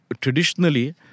traditionally